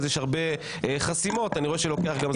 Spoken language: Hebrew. יש הרבה חסימות, אני רואה שגם לוקח זמן.